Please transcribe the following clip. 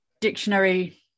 dictionary